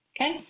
okay